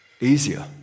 easier